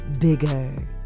bigger